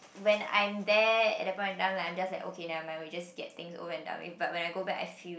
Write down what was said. when I'm there at the point of time like I'm like just okay never mind we just get things over and done with but when I go back I feel